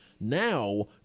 Now